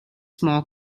small